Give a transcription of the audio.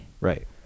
right